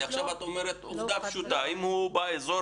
עכשיו את אומרת עובדה פשוטה שאם הוא באזור